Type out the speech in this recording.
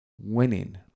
winning